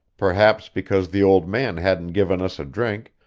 perhaps because the old man hadn't given us a drink,